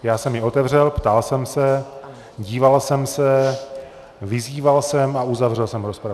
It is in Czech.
Já jsem ji otevřel, ptal jsem se, díval jsem se, vyzýval jsem a uzavřel jsem rozpravu.